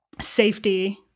safety